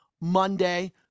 Monday